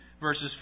verses